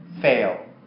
fail